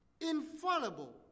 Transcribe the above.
Infallible